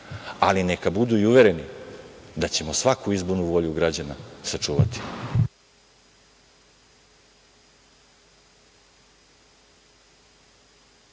ali neka budu uvereni da ćemo svaku izbornu volju građana sačuvati.